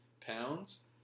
pounds